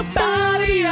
body